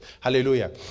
Hallelujah